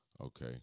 Okay